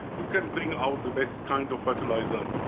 you can bring out the best kind of fertiliser.